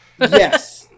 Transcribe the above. Yes